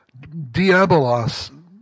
diabolos